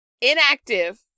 inactive